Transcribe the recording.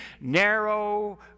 narrow